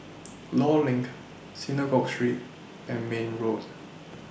law LINK Synagogue Street and Mayne Road